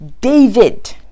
David